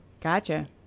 Gotcha